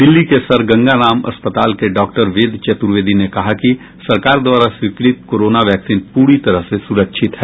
दिल्ली के सर गंगाराम अस्पताल के डॉक्टर वेद चतुर्वेदी ने कहा कि सरकार द्वारा स्वीकृत कोरोना वैक्सीन पूरी तरह से सुरक्षित है